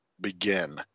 begin